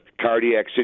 cardiac